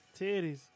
Titties